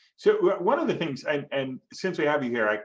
so one of the things, and and since i have you here,